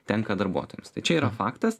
tenka darbuotojams tai čia yra faktas